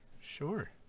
Sure